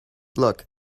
look